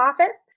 office